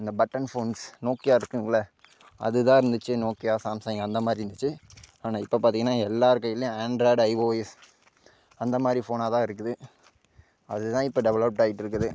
இந்த button phones Nokia இருக்குதுங்கல்ல அதுதான் இருந்துச்சு நோக்கியா சாம்சங் அந்தமாதிரி இருந்துச்சி ஆனால் இப்போ பார்த்திங்கன்னா எல்லார் கையிலேயும் ஆன்ட்ராய்டு ஐஓஎஸ் அந்தமாதிரி ஃபோன் தான் இருக்குது அதுதான் இப்போ டெவலப்ட் ஆகிட்டு இருக்குது